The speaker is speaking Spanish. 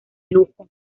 lujo